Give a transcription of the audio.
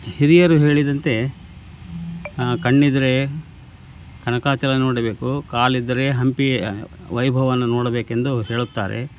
ಹಿರಿಯರು ಹೇಳಿದಂತೆ ಕಣ್ಣಿದ್ದರೆ ಕನಕಾಚಲ ನೋಡಬೇಕು ಕಾಲಿದ್ದರೆ ಹಂಪಿ ವೈಭವವನ್ನು ನೋಡಬೇಕೆಂದು ಹೇಳುತ್ತಾರೆ